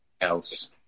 else